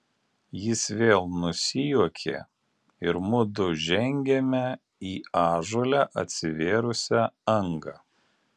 jis vėl nusijuokė ir mudu žengėme į ąžuole atsivėrusią angą